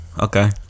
Okay